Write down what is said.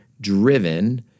driven